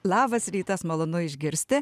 labas rytas malonu išgirsti